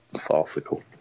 farcical